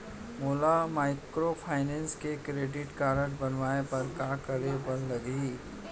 मोला माइक्रोफाइनेंस के credit card बनवाए बर का करे बर लागही?